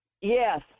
Yes